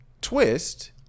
Twist